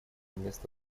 место